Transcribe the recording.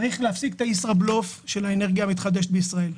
צריך להפסיק את הישראבלוף של האנרגיה המתחדשת בישראל.